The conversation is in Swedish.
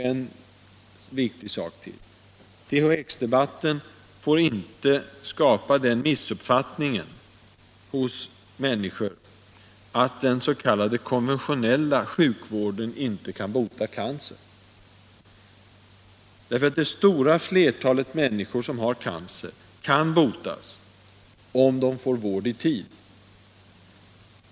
En viktig sak till: THX-debatten får inte skapa den missuppfattningen hos människor att den s.k. konventionella sjukvården inte kan bota cancer. Det stora flertalet människor som har cancer kan nämligen botas om de får vård i tid.